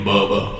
Bubba